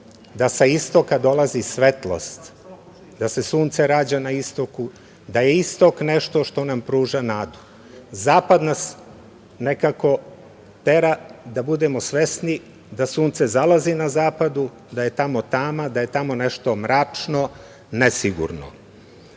da sa istoka dolazi svetlost, da se sunce rađa na istoku, da je istok nešto što nam pruža nadu. Zapad nas nekako tera da budemo svesni da sunce zalazi na zapadu, da je tamo tama, da je tamo nešto mračno, nesigurno. Nadam